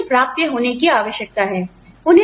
उन्हें प्राप्य होने की आवश्यकता है